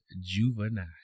juvenile